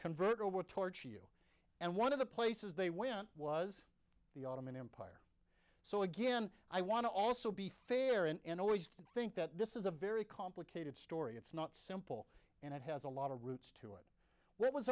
convert or would torture you and one of the places they went was the ottoman empire so again i want to also be fair and always think that this is a very complicated story it's not simple and it has a lot of roots